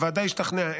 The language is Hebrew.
הוועדה השתכנעה,